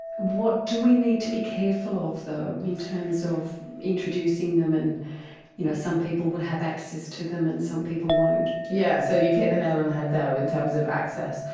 what do we need to be careful of though in terms of introducing them and you know some people will have access to them and some people won't? yeah so you've hit the nail on the head there in terms of access.